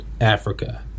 africa